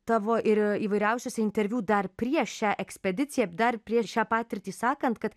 tavo ir įvairiausiuose interviu dar prieš šią ekspediciją dar prieš šią patirtį sakant kad